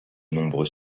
nombreux